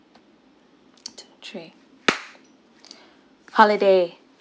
one two three holiday